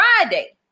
Friday